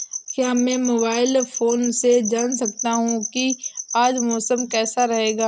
क्या मैं mobile phone से जान सकता हूँ कि आज मौसम कैसा रहेगा?